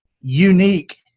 unique